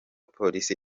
polisi